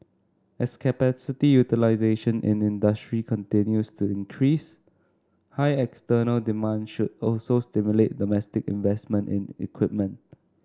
as capacity utilisation in industry continues to increase high external demand should also stimulate domestic investment in equipment